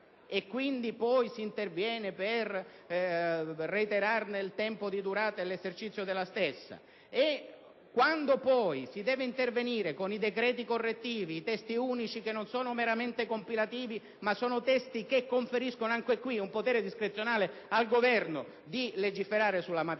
e, quindi, si interviene per reiterare il tempo di durata e l'esercizio della stessa, poi si deve intervenire con i decreti correttivi e i testi unici, che non sono meramente compilativi ma conferiscono - anche qui - un potere discrezionale al Governo di legiferare sulla materia: